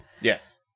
Yes